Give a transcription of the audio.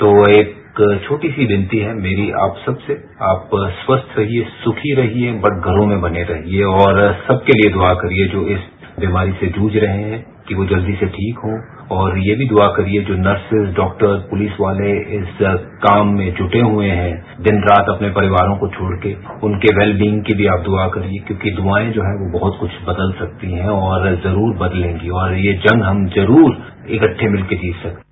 तो एक छोटी सी विनती है मेरी आप सबसे आप स्वस्थ रहिए सुखी रहिए बट घरों में बने रहिए और सबके लिए दुआ करिए जो इस बीमारी से जुझ रहे हैं कि वे जल्दी से ठीक हों और ये भी दुआ करिए कि नर्सिस डॉक्टर पुलिस वाले इस काम में जुटे हुए हैं दिन रात अपने परिवारों को छोडकर उनके वेल बींग की भी आप दुआ करिए क्योंकि दुआए जो हैं बहुत कुछ बदल सकती हैं और जरूर बदलेंगी और ये जंग हम जरूर इकट्टे मिलकर जीते सकते हैं